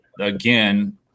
again –